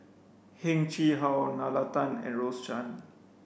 Heng Chee How Nalla Tan and Rose Chan